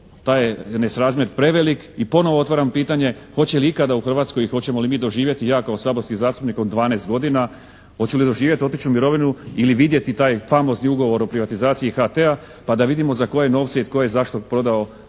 Taj je nesrazmjer preveliki. I ponovo otvaram pitanje hoće li ikada u Hrvatskoj i hoćemo li mi doživjeti i ja kao saborski zastupnik od dvanaest godina, hoću li doživjeti otići u mirovinu ili vidjeti taj famozni ugovor o privatizaciji HT-a pa da vidimo za koje novce i tko je zašto